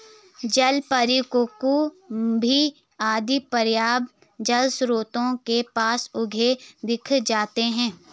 जलपरी, कुकुम्भी आदि प्रायः जलस्रोतों के पास उगे दिख जाते हैं